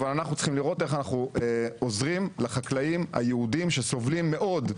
אבל אנחנו צריכים לראות איך אנחנו עוזרים לחקלאים היהודים שסובלים מאד,